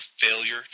failure